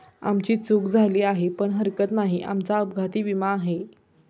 आमची चूक झाली आहे पण हरकत नाही, आमचा अपघाती विमा आहे